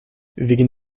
wegen